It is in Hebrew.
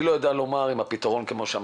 אני לא יודע לומר אם הפתרון בהר.